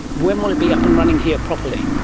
when will it be up and running here properly?